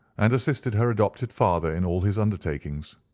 and assisted her adopted father in all his undertakings.